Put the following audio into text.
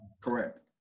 Correct